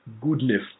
goodness